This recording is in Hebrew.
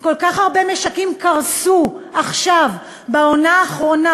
כל כך הרבה משקים קרסו עכשיו בעונה האחרונה